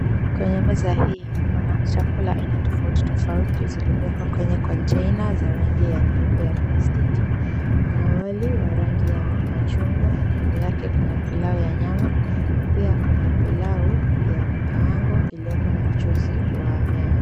Kwenye meza hii kuna chakula aina tofauti tofauti, zilizowekwa kwenye kontena ya rangi nyeupe na ya plastiki. Kuna wali wa rangi ya chungwa, kando yake kuna pilau ya nyama na pia kuna pilau wa kukaangwa ilioko na mchuzi wa nyanya.